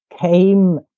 came